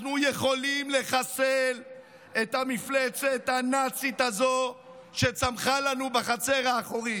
אנחנו יכולים לחסל את המפלצת הנאצית הזו שצמחה לנו בחצר האחורית.